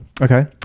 Okay